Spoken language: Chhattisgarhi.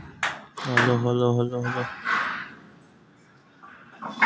सेवा प्रदाता के वेवसायिक काम मिल सकत हे का?